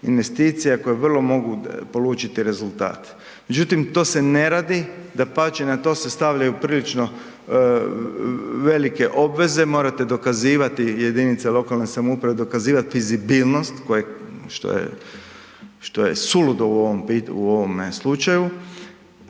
investicija koje vrlo mogu polučiti rezultat. Međutim, to se ne radi, dapače, na to se stavljaju prilično velike obveze, morate dokazivati jedinice lokalne samouprave dokazivati fizibilnost što je suludo u ovome slučaju,